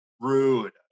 Rude